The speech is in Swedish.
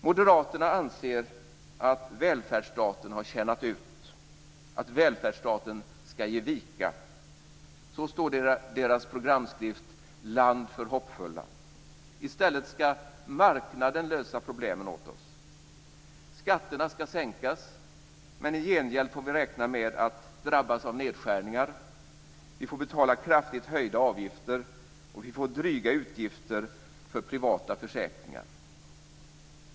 Moderaterna anser att välfärdsstaten har tjänat ut, att välfärdsstaten ska ge vika. Så står det i deras programskrift Land för hoppfulla. I stället ska marknaden lösa problemen åt oss. Skatterna ska sänkas, men i gengäld får vi räkna med att drabbas av nedskärningar. Vi får betala kraftigt höjda avgifter och vi får dryga utgifter för privata försäkringar.